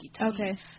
Okay